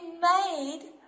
made